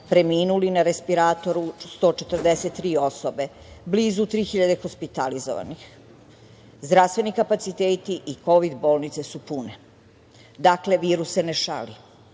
preminuli, na respiratoru 143 osobe, blizu 3.000 hospitalizovanih. Zdravstveni kapaciteti i kovid bolnice su pune. Dakle, virus se ne šali,